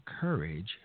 courage